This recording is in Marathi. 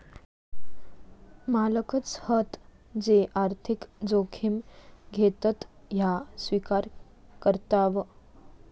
मालकच हत जे आर्थिक जोखिम घेतत ह्या स्विकार करताव